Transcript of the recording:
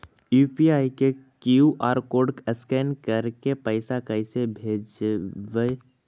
UPI के QR code scan करके पैसा कैसे भेजबइ?